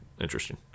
Interesting